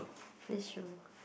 that's true